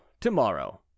tomorrow